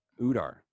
udar